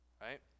right